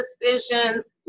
decisions